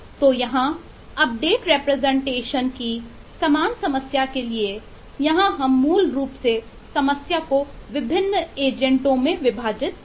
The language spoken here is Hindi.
तो यहाँ अपडेट रिप्रेजेंटेशन की समान समस्या के लिए यहाँ हम मूल रूप से समस्या को विभिन्न एजेंटों की संख्या में विभाजित करते हैं